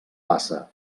bassa